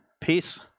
peace